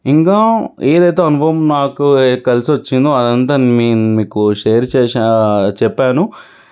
ఇంకా ఏదైతే అనుభవం నాకు కలిసొచ్చిందో అదంతా మీ మీకు షేర్ చేశాను చెప్పాను